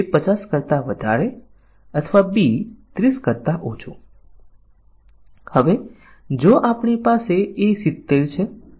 આનું એક ઉદાહરણ છે પરિવર્તન પરીક્ષણ આપણે તેમાંના કેટલાક કવરેજ આધારિત પરીક્ષણોને જોઈએ છીએ અને આપણે ફોલ્ટ આધારિત પરીક્ષણને પણ જોઈએ છીએ જે પરિવર્તન પરીક્ષણ છે